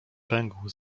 pękł